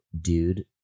dude